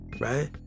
Right